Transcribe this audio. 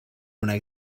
una